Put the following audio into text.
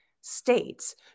states